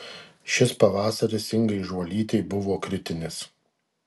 šis pavasaris ingai žuolytei buvo kritinis